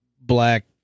Black